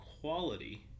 quality